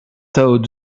tao